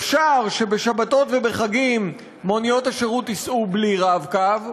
אפשר שבשבתות ובחגים מוניות השירות ייסעו בלי "רב-קו",